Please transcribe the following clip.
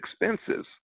expenses